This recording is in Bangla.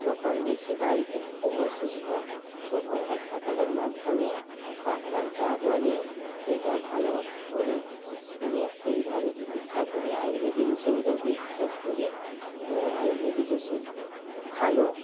যখন দেখি বাড়িতে খুব অসুস্থ তখন হাসপাতালের মাধ্যমে ডাক্তার যা বলে সেইটা ভালো করে শুনে সেইভাবে চিকিৎসা করি আয়ুর্বেদিক ওষুধও বিশ্বাস করি আয়ুর্বেদিক ওষুধ ভালো